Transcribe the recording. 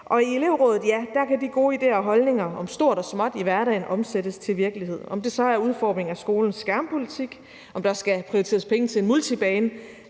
I elevrådet kan de gode idéer og holdninger om stort og småt i hverdagen omsættes til virkelighed, om det så er udformning af skolens skærmpolitik, om der skal prioriteres penge til en multibane